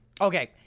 Okay